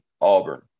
Auburn